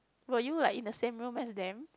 were you like in the same room as them